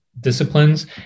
disciplines